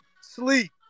sleep